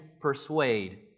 persuade